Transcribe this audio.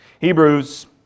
Hebrews